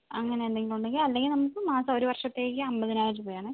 അങ്ങനെ എന്തെങ്കിലും ഉണ്ടെങ്കിൽ അല്ലെങ്കിൽ നമുക്ക് മാസം ഒരു വർഷത്തേക്ക് അമ്പതിനായിരം രൂപയാണെ